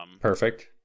perfect